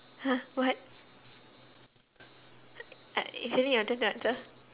!huh! what uh isn't it your turn to answer